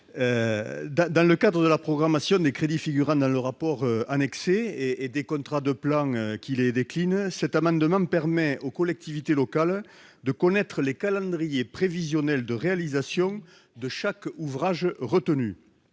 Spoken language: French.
dans le cadre de la programmation des crédits figurant dans le rapport annexé et des contrats de plan qui les déclinent, de permettre aux collectivités locales de connaître les calendriers prévisionnels de réalisation de chaque ouvrage retenu.